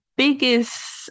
Biggest